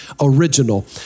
original